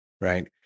right